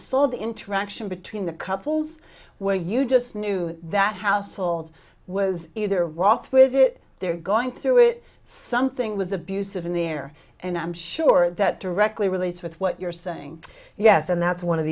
saw the interaction between the couples where you just knew that household was either wroth with it they're going through it something was abusive in the air and i'm sure that directly relates with what you're saying yes and that's one of